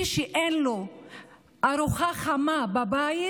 מי שאין לו ארוחה חמה בבית